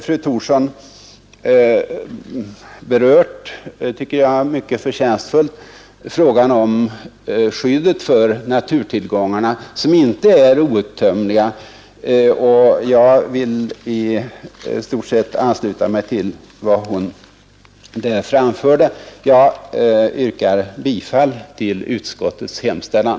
Fru Thorsson har mycket förtjänstfullt, tycker jag, berört frågan om skyddet för naturtillgångarna, som inte är outtömliga. Jag vill i stort sett ansluta mig till vad hon framförde. Jag yrkar bifall till utskottets hemställan.